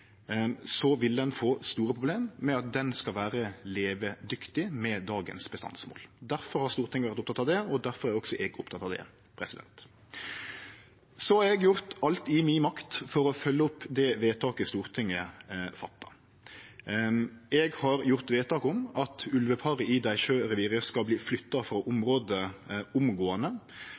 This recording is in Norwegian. få store problem med å vere levedyktig med dagens bestandsmål. Difor har Stortinget vore oppteke av det, og difor er også eg oppteken av det. Eg har gjort alt i mi makt for å følgje opp det vedtaket Stortinget gjort. Eg har gjort vedtak om at ulveparet i Deisjø-reviret skal flyttast frå området omgåande,